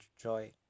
joy